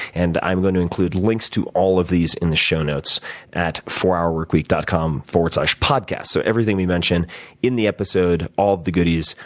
and i'm going to include links to all of these in the show notes at fourhourworkweek dot com slash podcast. so everything we mention in the episode, all of the goodies,